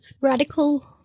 radical